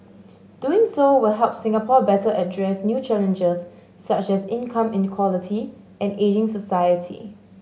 doing so will help Singapore better address new challenges such as income inequality and ageing society